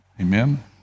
Amen